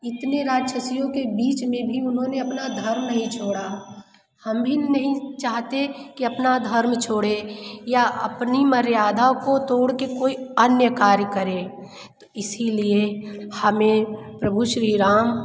इतने राक्षसियों के बीच में भी उन्होंने अपना धर्म नहीं छोड़ा हम भी नहीं चाहते कि अपना धर्म छोड़ें या अपनी मर्यादा को तोड़ के कोई अन्य कार्य करें तो इसलिए हमें प्रभु श्रीराम